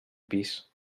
pis